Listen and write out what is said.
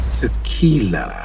tequila